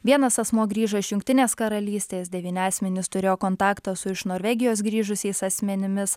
vienas asmuo grįžo iš jungtinės karalystės devyni asmenys turėjo kontaktą su iš norvegijos grįžusiais asmenimis